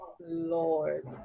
Lord